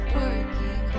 working